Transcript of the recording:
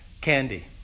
Candy